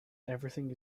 everything